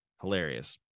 Hilarious